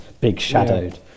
big-shadowed